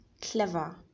clever